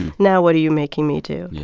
now what are you making me do?